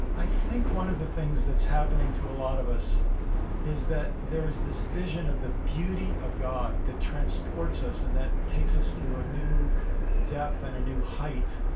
i think one of the things that's happening to a lot of us is that there's this vision of the beauty of god that transports us and that takes us to a new depth and a new height.